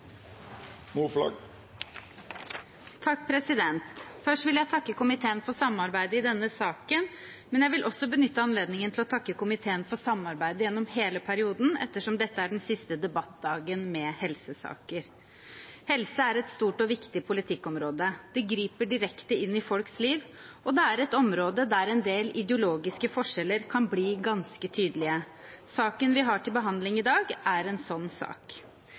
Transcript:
3 minutt. Først vil jeg takke komiteen for samarbeidet i denne saken, men jeg vil også benytte anledningen til å takke komiteen for samarbeidet gjennom hele perioden, ettersom dette er den siste debattdagen med helsesaker. Helse er et stort og viktig politikkområde. Det griper direkte inn i folks liv, og det er et område der en del ideologiske forskjeller kan bli ganske tydelige. Saken vi har til behandling i dag, er en sånn sak.